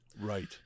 right